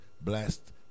blessed